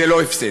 זה לא הפסד.